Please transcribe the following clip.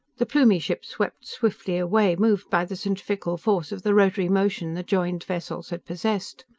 the plumie ship swept swiftly away, moved by the centrifugal force of the rotary motion the joined vessels had possessed.